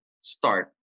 start